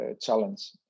challenge